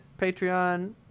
Patreon